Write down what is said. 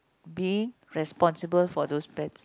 being responsible for those pets